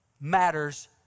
matters